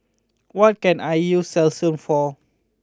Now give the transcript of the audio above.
what can I use Selsun for